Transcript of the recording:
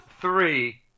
three